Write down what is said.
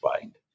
find